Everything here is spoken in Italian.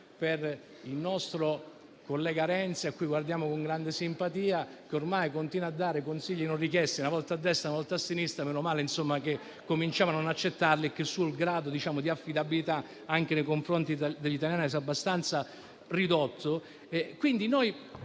anche per il nostro collega Renzi, cui guardiamo con grande simpatia, che ormai continua a dare consigli non richiesti, una volta a destra e molto a sinistra. Meno male, insomma, che cominciano a non accettarli dato che il suo grado di affidabilità, anche nei confronti degli italiani, si è già abbastanza ridotto.